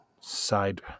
side